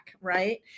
Right